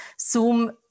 zoom